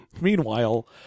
meanwhile